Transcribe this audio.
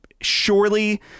surely